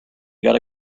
gotta